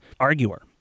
arguer